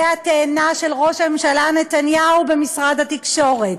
התאנה של ראש הממשלה נתניהו במשרד התקשורת.